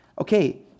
Okay